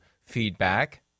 feedback